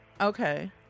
okay